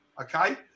Okay